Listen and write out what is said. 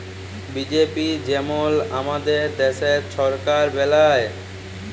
BJP যেমল আমাদের দ্যাশের সরকার বেলায়